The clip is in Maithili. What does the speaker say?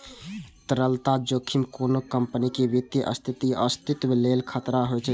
तरलता जोखिम कोनो कंपनीक वित्तीय स्थिति या अस्तित्वक लेल खतरा होइ छै